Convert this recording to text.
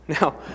now